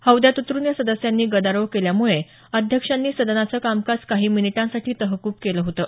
हौद्यात उतरून या सदस्यांनी गदारोळ केल्यामुळे अध्यक्षांनी सदनाचं कामकाज काही मिनिटांसाठी तहकूब केलं होतं